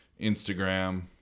Instagram